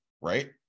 right